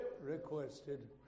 requested